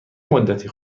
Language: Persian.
مدتی